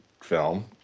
film